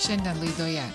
šiandien laidoje